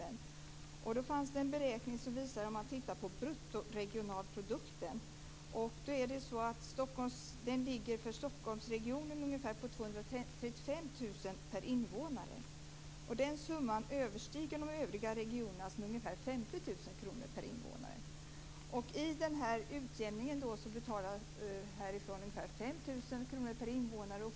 Vi kom in på att det finns en beräkning som visar att bruttoregionalprodukten för Stockholmsregionen ligger på ungefär 235 000 kr per invånare. Den summan överstiger de övriga regionernas summor med ungefär 50 000 kr per invånare. I denna utjämning betalas det härifrån ungefär 5 000 kr per invånare.